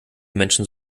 menschen